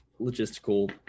logistical